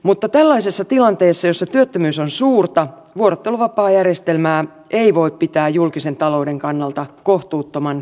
mutta tällaisessa tilanteessa jossa työttömyys on suurta vuorotteluvapaajärjestelmää ei voi pitää julkisen talouden kannalta kohtuuttoman kalliina